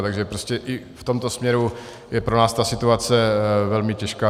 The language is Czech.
Takže i v tomto směru je pro nás ta situace velmi těžká.